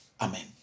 Amen